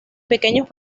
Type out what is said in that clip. pequeños